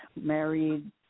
married